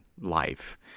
life